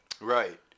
Right